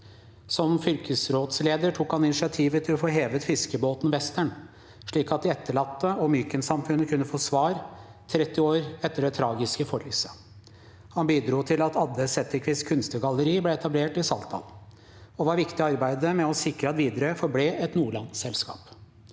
Som fylkesrådsleder tok han initiativ til å få hevet fiskebåten «Western», slik at de etterlatte og Mykensamfunnet kunne få svar, 30 år etter det tragiske forliset. Han bidro til at Adde Zetterquist kunstgalleri ble etablert i Saltdalen og var viktig i arbeidet med å sikre at Widerøe forble et Nordland-selskap.